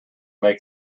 make